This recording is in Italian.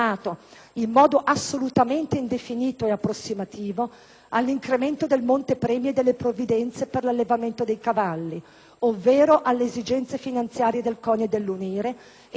all'incremento del monte premi e delle provvidenze per l'allevamento dei cavalli ovvero alle esigenze finanziarie del CONI e dell'UNIRE ed al bilancio dello Stato per la parte non destinata alle altre esigenze.